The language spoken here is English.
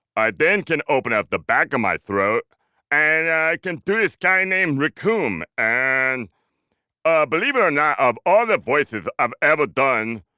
i then can open up the back of my throat and i can do this guy named recoome and ah believe it or not of all the voices i've ever done,